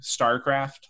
StarCraft